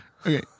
okay